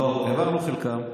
לא, העברנו את חלקם.